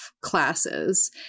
classes